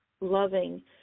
loving